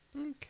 Okay